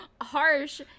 harsh